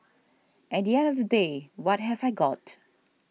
at the end of the day what have I got